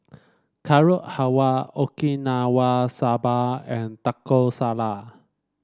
Carrot Halwa Okinawa Soba and Taco Salad